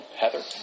Heather